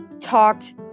talked